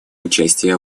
участие